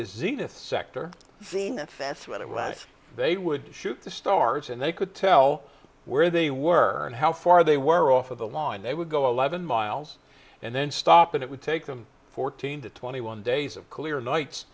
was they would shoot the stars and they could tell where they were and how far they were off of the line they would go live in miles and then stop and it would take them fourteen to twenty one days of clear nights